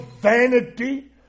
vanity